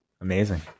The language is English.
amazing